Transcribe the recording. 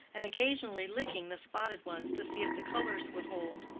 and occasionally licking the spotted ones to see if the colors would hold.